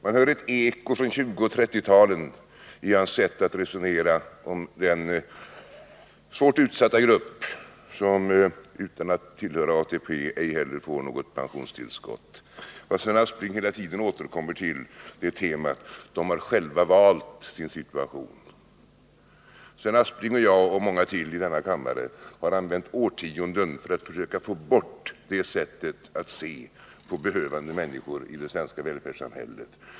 Man hör ett eko från 1920 och 1930-talen i hans sätt att resonera om den svårt utsatta: grupp som genom att inte tillhöra ATP inte får något pensionstillskott. Sven Aspling återkommer hela tiden till temat: de har själva valt sin situation. Sven Aspling och jag och många till i denna kammare har använt årtionden till att försöka få bort det sättet att se på behövande människor i det svenska välfärdssamhället.